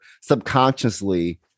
subconsciously